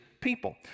people